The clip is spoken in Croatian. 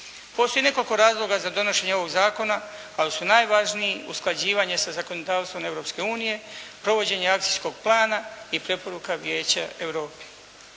Postoji nekoliko razloga za donošenje ovog zakona ali su najvažniji usklađivanje sa zakonodavstvom Europske unije, provođenje akcijskog plana i preporuka Vijeća Europe.